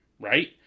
right